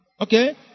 Okay